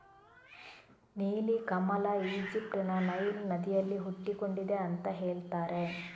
ನೀಲಿ ಕಮಲ ಈಜಿಪ್ಟ್ ನ ನೈಲ್ ನದಿಯಲ್ಲಿ ಹುಟ್ಟಿಕೊಂಡಿದೆ ಅಂತ ಹೇಳ್ತಾರೆ